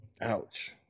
Ouch